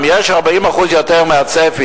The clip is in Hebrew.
אם יש 40% יותר מהצפי,